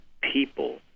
people